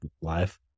life